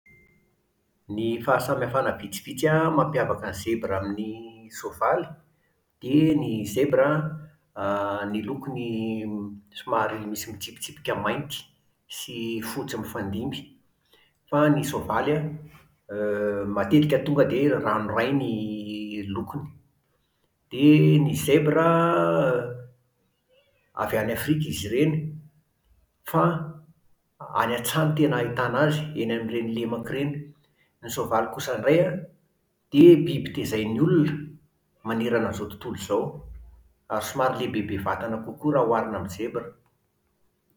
Ny fahasamihafana vitsivitsy an mampiavaka ny zebra amin'ny soavaly, dia ny zebra an a ny lokony m somary misy mitsipitsipika mainty sy fotsy mifandimby. Fa ny soavaly an euuuh matetika tonga dia ranoray ny lokony. Dia ny zebra a avy any Afrika izy ireny. Fa a-any an-tsaha no tena ahitàna azy eny amin'ireny lemaka ireny. Ny soavaly kosa indray an, dia biby tezain'ny olona manerana an'izao tontolo izao, ary somary lehibebe vatana kokoa raha oharina amin'ny zebra -a